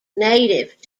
native